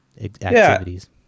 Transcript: activities